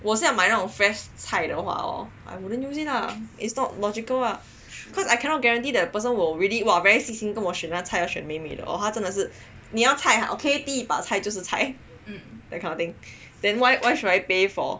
我是要买那种 fresh 菜的话 I wouldn't use it lah its not logical lah cause I cannot guarantee that the person will really very 细心给我选美美的 or 他真的是你要菜啊第一把菜就是菜 that kind of thing then why should I pay for